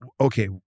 okay